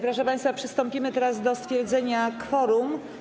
Proszę państwa, przystąpimy do stwierdzenia kworum.